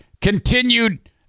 continued